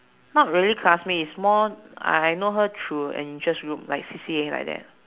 not really classmate is more I I know her through an interest group like C_C_A like that